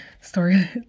story